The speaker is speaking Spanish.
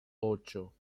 ocho